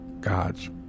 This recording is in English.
God's